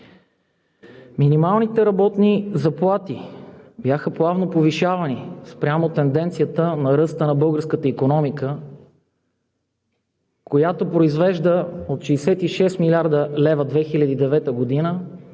Минималните работни заплати бяха плавно повишавани спрямо тенденцията на ръста на българската икономика, която произвежда от 66 млрд. лв. в 2009 г., над